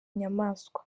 nyamanswa